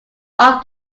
off